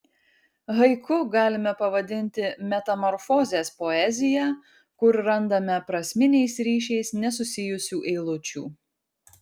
haiku galime pavadinti metamorfozės poeziją kur randame prasminiais ryšiais nesusijusių eilučių